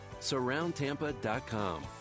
SurroundTampa.com